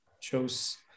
chose